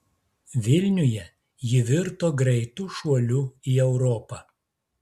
vilniuje ji virto greitu šuoliu į europą